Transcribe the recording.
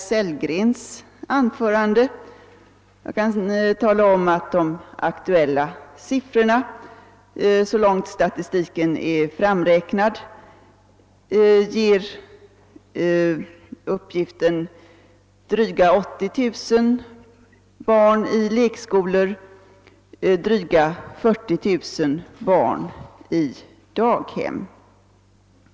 Jag kan tala om att de aktuella siffrorna, så långt statistiken är framräknad, uppger dryga 80 000 barn i lekskolor och dryga 40 000 barn i daghem.